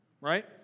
right